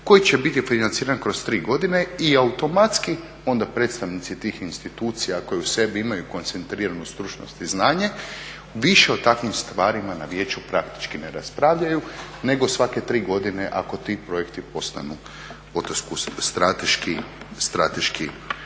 koji će biti financiran kroz 3 godine i automatski onda predstavnici tih institucija koje u sebi imaju koncentriranu stručnost i znanje više o takvim stvarima na vijeću praktički ne raspravljaju nego svake 3 godine ako ti projekti postanu … strateški